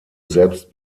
selbst